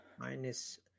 minus